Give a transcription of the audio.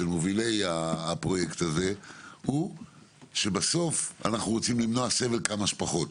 של מובילי הפרויקט הזה היא שבסוף אנחנו רוצים למנוע סבל כמה שיותר.